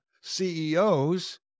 CEOs